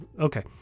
Okay